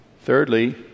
Thirdly